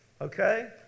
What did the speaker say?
Okay